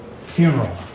Funeral